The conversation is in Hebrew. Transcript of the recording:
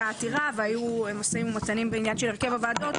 העתירה והיו משאים ומתנים בעניין של הרכב הוועדות,